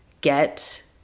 get